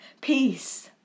Peace